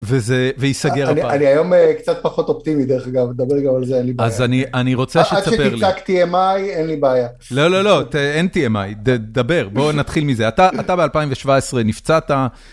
וזה, וייסגר הבעיה. אני היום קצת פחות אופטימי, דרך אגב, לדבר גם על זה, אין לי בעיה. אז אני רוצה שתספר לי. עד שתצעק TMI, אין לי בעיה. לא, לא, לא, אין TMI, דבר, בואו נתחיל מזה. אתה ב-2017 נפצעת.